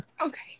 Okay